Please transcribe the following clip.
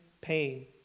pain